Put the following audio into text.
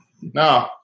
No